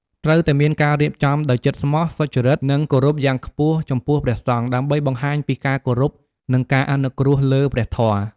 ត្រូវតែមានការរៀបចំដោយចិត្តស្មោះ សុចរិត និងគោរពយ៉ាងខ្ពស់ចំពោះព្រះសង្ឃ ដើម្បីបង្ហាញពីការគោរព និងការអនុគ្រោះលើព្រះធម៌។